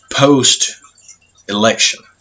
post-election